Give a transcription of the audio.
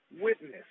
witness